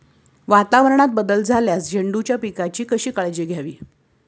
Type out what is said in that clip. वातावरणात बदल झाल्यास झेंडूच्या पिकाची कशी काळजी घ्यावी?